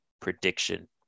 prediction